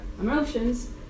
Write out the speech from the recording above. emotions